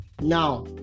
now